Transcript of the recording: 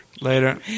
later